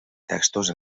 textos